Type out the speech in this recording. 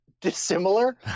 dissimilar